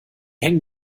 hängen